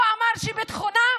הוא אמר שביטחונם